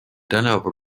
tänavu